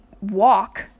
walk